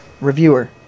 reviewer